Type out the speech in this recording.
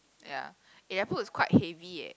ya eh Apple is quite heavy eh